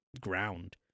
ground